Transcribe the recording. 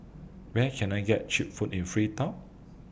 Where Can I get Cheap Food in Freetown